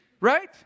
Right